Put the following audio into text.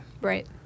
right